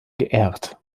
geehrt